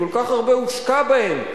כל כך הרבה הושקע בהן.